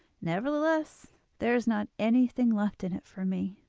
nevertheless there is not anything left in it for me